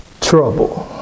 trouble